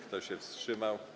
Kto się wstrzymał?